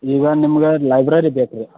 ಈಗ ನಿಮ್ಗೆ ಲೈಬ್ರೆರಿ ಬೇಕ್ರಿ